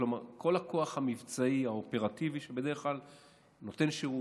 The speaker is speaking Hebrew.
כלומר כל הכוח המבצעי האופרטיבי שבדרך כלל נותן שירות,